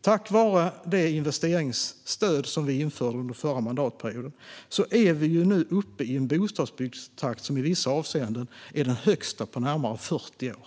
tack vare det investeringsstöd som vi införde under förra mandatperioden. Vi är nu uppe i en bostadsbyggnadstakt som i vissa avseenden är den högsta på närmare 40 år.